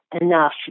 enough